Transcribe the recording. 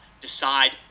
decide